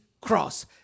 cross